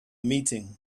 meeting